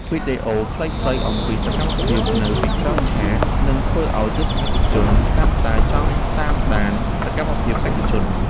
វីដេអូខ្លីៗអំពីសកម្មភាពនៅពីក្រោយឆាកនឹងធ្វើឱ្យទស្សនិកជនកាន់តែចង់តាមដានសកម្មភាពបេក្ខជន។